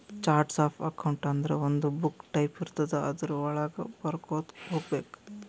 charts of accounts ಅಂದುರ್ ಒಂದು book type ಇರ್ತುದ್ ಅದುರ್ ವಳಾಗ ಬರ್ಕೊತಾ ಹೋಗ್ಬೇಕ್